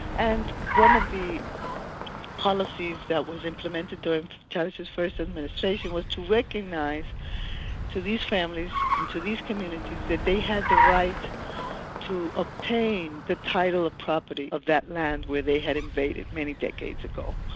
and one of the policies that was implemented during chavez's first administration, was recognise to these families and to these communities, that they had the right to obtain the title of property of that land where they had invaded many decades ago,